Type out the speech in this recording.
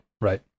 right